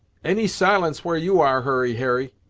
any silence where you are, hurry harry,